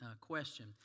question